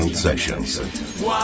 sessions